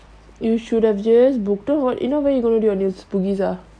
you should have just booked you know what if now where you gonna book bugis ah